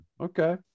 Okay